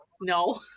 No